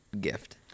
gift